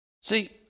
See